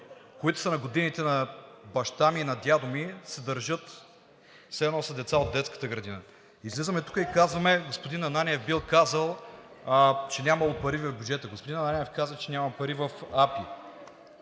които са на годините на баща ми и на дядо ми, се държат все едно са деца от детската градина. Излизаме тук и казваме: господин Ананиев бил казал, че нямало пари в бюджета. Господин Ананиев каза, че няма пари в АПИ.